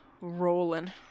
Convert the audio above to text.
rolling